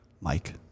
Mike